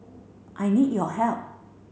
I need your help